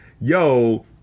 yo